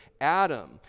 Adam